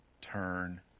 turn